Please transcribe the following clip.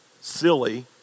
silly